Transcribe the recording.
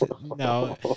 no